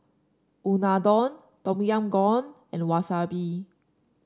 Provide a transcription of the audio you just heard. Unadon Tom Yam Goong and Wasabi